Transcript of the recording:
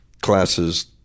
classes